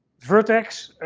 vertex,